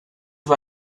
war